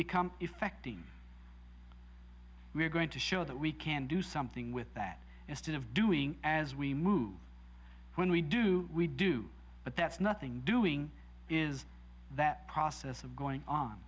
become effecting we're going to show that we can do something with that instead of doing as we move when we do we do but that's nothing doing is that process of going on